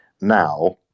Now